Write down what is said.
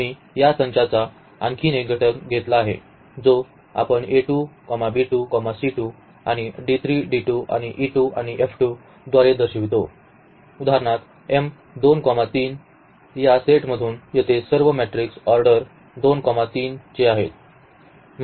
आम्ही या संचाचा आणखी एक घटक घेतला आहे जो आपण a2 b2 c2 आणि d3 d2 आणि e2 आणि f2 द्वारे दर्शवितो उदाहरणार्थ या सेटमधून येथे सर्व मेट्रिक ऑर्डर चे आहेत